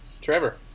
trevor